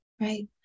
Right